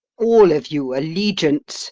all of you allegiance